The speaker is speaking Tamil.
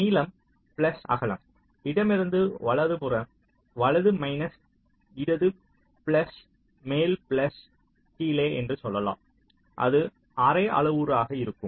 நீளம் பிளஸ் அகலம் இடமிருந்து வலதுபுறம் வலது மைனஸ் இடது பிளஸ் மேல் மைனஸ் கீழே என்று சொல்லலாம் அது அரை அளவுருவாக இருக்கும்